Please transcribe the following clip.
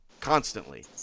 constantly